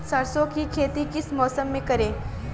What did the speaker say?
सरसों की खेती किस मौसम में करें?